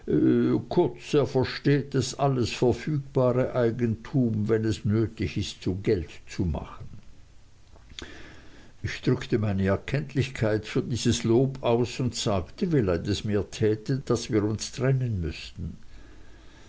er versteht es alles verfügbare eigentum wenn es nötig ist zu geld zu machen ich drückte meine erkenntlichkeit für dieses lob aus und sagte wie leid es mir täte daß wir uns trennen müßten